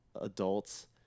adults